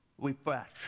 refresh